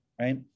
Right